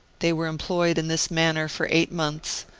they were employed in this manner for eight months,